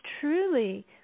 truly